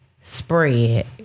spread